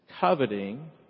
Coveting